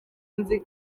nzi